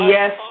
Yes